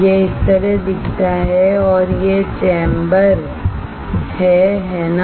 यह इस तरह दिखता है और यह चैम्बर है है ना